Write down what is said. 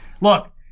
look